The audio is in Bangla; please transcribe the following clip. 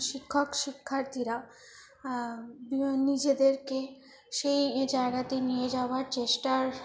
শিক্ষক শিক্ষার্থীরা নিজেদেরকে সেই জায়গাতে নিয়ে যাওয়ার চেষ্টার